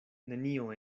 nenio